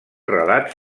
relat